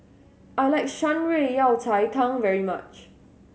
I like Shan Rui Yao Cai Tang very much